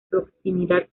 proximidad